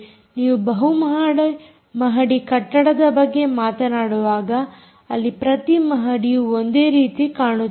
ನೀವು ಬಹುಮಹಡಿ ಕಟ್ಟಡದ ಬಗ್ಗೆ ಮಾತನಾಡುವಾಗ ಅಲ್ಲಿ ಪ್ರತಿ ಮಹಡಿಯು ಒಂದೇ ರೀತಿ ಕಾಣುತ್ತದೆ